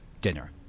dinner